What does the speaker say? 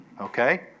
Okay